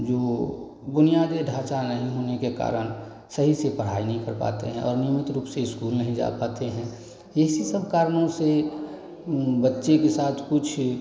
जो बुनियादी ढाँचा नहीं होने के कारण सही से पढ़ाई नहीं कर पाते हैं और नियमित रूप से स्कूल नहीं जा पाते हैं इसी सब कारणों से बच्चे के साथ कुछ